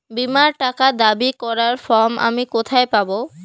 বীমার টাকা দাবি করার ফর্ম আমি কোথায় পাব?